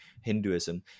Hinduism